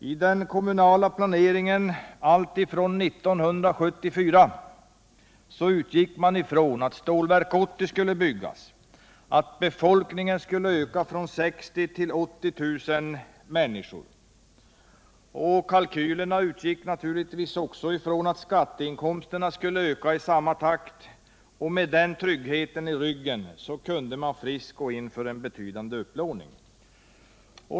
I den kommunala planeringen alltifrån 1974 utgick man från att Stålverk 80 skulle byggas och befolkningen öka från 60000 till 80000 personer. Kalkylerna utgick naturligtvis ifrån att skatteinkomsterna skulle öka i samma takt, och med den tryggheten i ryggen kunde man friskt gå in för en betydande upplåning.